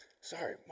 Sorry